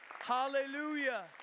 hallelujah